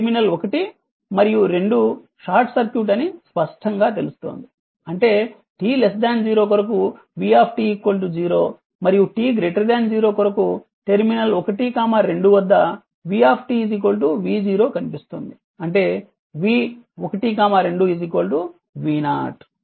terminal 1 మరియు 2 short circuit అని స్పష్టంగా తెలుస్తుంది అంటే t 0 కొరకు v 0 మరియు t 0 కొరకు టెర్మినల్ 1 2 వద్ద v v0 కనిపిస్తుంది అంటే v12 v0